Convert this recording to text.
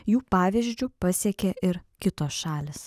jų pavyzdžiu pasekė ir kitos šalys